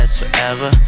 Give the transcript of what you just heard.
forever